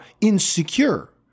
insecure